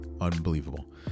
unbelievable